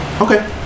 okay